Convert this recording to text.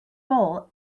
bowl